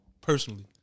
Personally